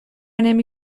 نمی